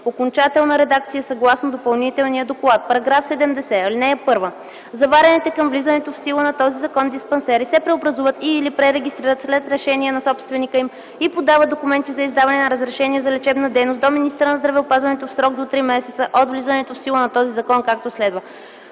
окончателна редакция съгласно Допълнителния доклад: „§ 70. (1) Заварените към влизането в сила на този закон диспансери се преобразуват и/или пререгистрират след решение на собственика им и подават документи за издаване на разрешение за лечебна дейност до министъра на здравеопазването в срок до три месеца от влизането в сила на този закон, както следва: